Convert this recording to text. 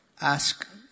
ask